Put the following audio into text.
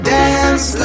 dance